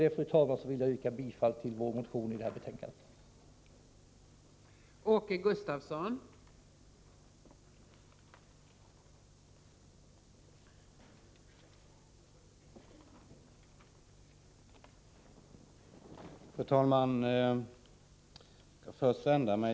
Med detta ber jag att få yrka bifall till vår motion 1984/ 85:2781.